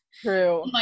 True